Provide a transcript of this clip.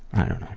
i don't